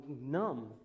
numb